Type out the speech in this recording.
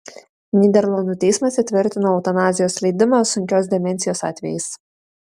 nyderlandų teismas įtvirtino eutanazijos leidimą sunkios demencijos atvejais